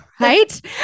right